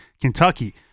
Kentucky